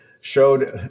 showed